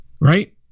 Right